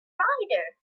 rider